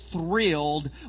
thrilled